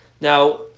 now